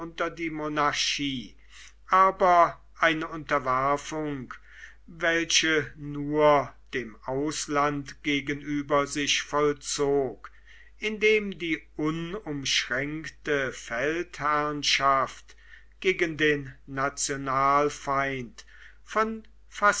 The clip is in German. die monarchie aber eine unterwerfung welche nur dem ausland gegenüber sich vollzog indem die unumschränkte feldherrnschaft gegen den nationalfeind von